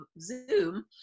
zoom